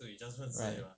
right